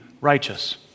righteous